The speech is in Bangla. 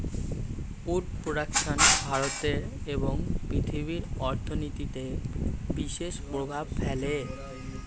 উড প্রোডাক্শন ভারতে এবং পৃথিবীর অর্থনীতিতে বিশেষ প্রভাব ফেলে